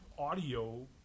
Audio